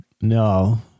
No